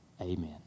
Amen